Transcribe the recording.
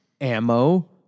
Ammo